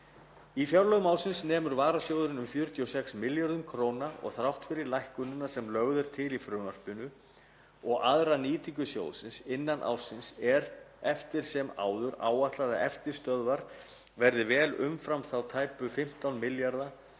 Í fjárlögum ársins nemur varasjóðurinn um 46 milljörðum kr. og þrátt fyrir lækkunina sem lögð er til í frumvarpinu og aðra nýtingu sjóðsins innan ársins er eftir sem áður áætlað að eftirstöðvarnar verði vel umfram þá tæpu 15 milljarða